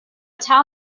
tell